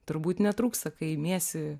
turbūt netrūksta kai imiesi